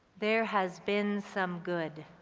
there has been some good,